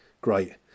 Great